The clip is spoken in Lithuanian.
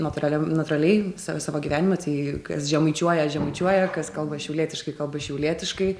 natūraliam natūraliai sa savo gyvenime tai kas žemaičiuoja žemaičiuoja kas kalba šiaulietiškai kalba šiaulietiškai